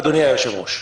אדוני היושב-ראש,